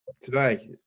today